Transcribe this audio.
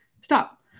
Stop